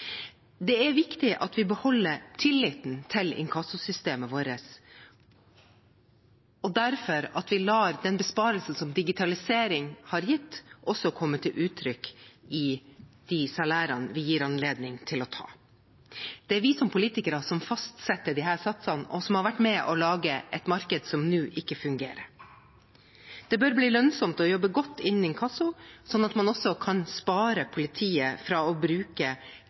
Det er viktig at vi beholder tilliten til inkassosystemet vårt, og at vi derfor lar besparelsen som digitalisering har gitt, også komme til uttrykk i de salærene vi gir anledning til å ta. Det er vi som politikere som fastsetter disse satsene, og som har vært med på å lage et marked som nå ikke fungerer. Det bør bli lønnsomt å jobbe godt innen inkasso, sånn at man også kan spare politiet for å bruke